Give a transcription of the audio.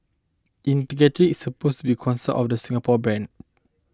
integrity supposed to be cornerstone of the Singapore brand